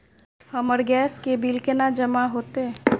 हमर गैस के बिल केना जमा होते?